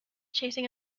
chasing